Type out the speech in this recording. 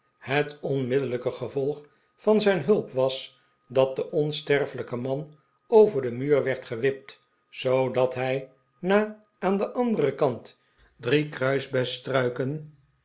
het onmiddellijke gevolg van zijn hulp was dat de onsterfelijke man over den muur werd gewipt zoodat hij na aan den anderen kant drie kruisbessenstruiken